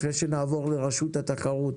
לפני שנעבור לרשות התחרות,